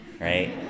right